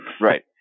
right